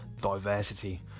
diversity